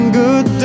good